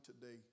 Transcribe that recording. today